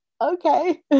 okay